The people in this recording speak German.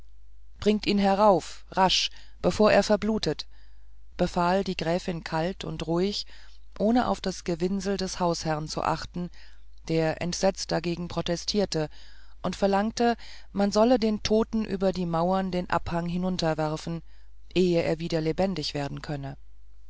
bringt ihn herauf rasch bevor er verblutet befahl die gräfin kalt und ruhig ohne auf das gewinsel des hausherrn zu achten der entsetzt dagegen protestierte und verlangte man solle den toten über die mauern den abhang hinunterwerfen ehe er wieder lebendig werden könne